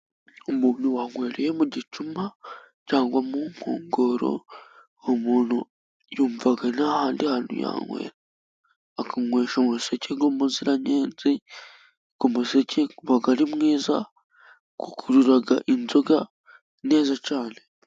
Umuntu wanywereye mu gicuma cyangwa mu inkongoro, umuntu yumva ntahandi hantu yanywera. Akanywesha umuseke w'umuziranyenzi, uwo museke uba ari mwiza, ukurura inzoga neza cyane.